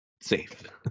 Safe